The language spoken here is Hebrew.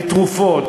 לתרופות,